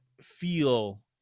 feel